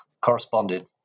corresponded